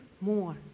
more